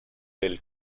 del